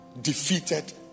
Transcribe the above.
Defeated